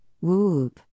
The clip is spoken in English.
whoop